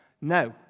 no